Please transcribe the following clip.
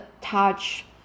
touch